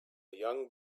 young